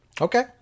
okay